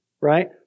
right